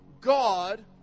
God